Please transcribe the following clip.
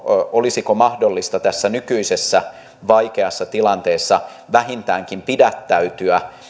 olisiko mahdollista tässä nykyisessä vaikeassa tilanteessa vähintäänkin pidättäytyä